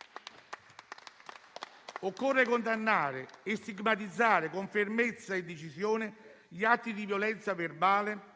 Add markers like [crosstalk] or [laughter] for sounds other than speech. [applause] Occorre condannare e stigmatizzare con fermezza e decisione gli atti di violenza verbale,